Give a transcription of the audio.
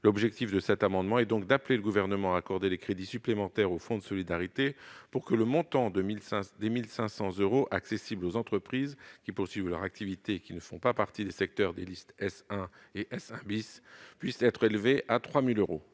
L'objet de cet amendement est d'appeler le Gouvernement à accorder des crédits supplémentaires au fonds de solidarité afin que ces 1 500 euros, accessibles aux entreprises qui poursuivent leur activité et qui ne font pas partie des secteurs des listes S1 et S1 , puissent être élevés à 3 000 euros.